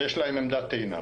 יש להם עמדת טעינה.